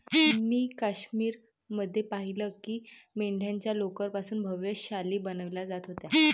मी काश्मीर मध्ये पाहिलं की मेंढ्यांच्या लोकर पासून भव्य शाली बनवल्या जात होत्या